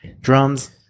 drums